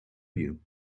you